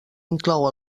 inclou